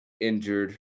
injured